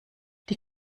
die